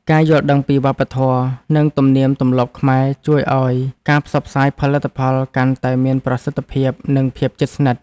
ការយល់ដឹងពីវប្បធម៌ និងទំនៀមទម្លាប់ខ្មែរជួយឱ្យការផ្សព្វផ្សាយផលិតផលកាន់តែមានប្រសិទ្ធភាព និងភាពជិតស្និទ្ធ។